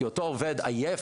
כי אותו עובד עייף,